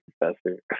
professor